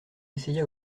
essaya